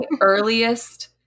earliest